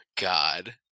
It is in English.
god